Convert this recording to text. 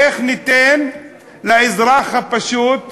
איך ניתן לאזרח הפשוט,